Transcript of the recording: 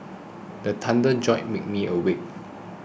the thunder jolt me awake